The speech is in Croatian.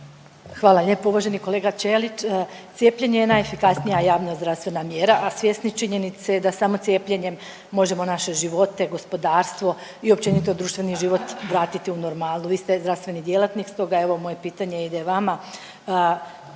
Hvala lijepo. Uvaženi kolega Ćelić, cijepljenje je najefikasnija javna zdravstvena mjera, a svjesni činjenice da samo cijepljenjem možemo naše živote, gospodarstvo i općenito društveni život vratiti u normalu. Vi ste zdravstveni djelatnik, stoga evo moje pitanje ide vama.